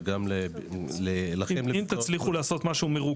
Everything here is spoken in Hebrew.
וגם לכם --- אם תצליחו לעשות משהו מרוכז.